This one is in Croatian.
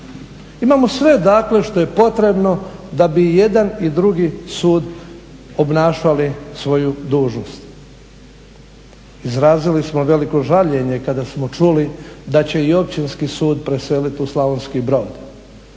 imamo sve dakle što je potrebno da bi jedan i drugi sud obnašali svoju dužnost. Izrazili smo veliko žaljenje kada smo čuli da će i općinski sud preseliti u Slavonski Brod.